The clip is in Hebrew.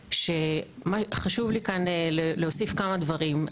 חשוב לי להוסיף כמה דברים.